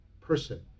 person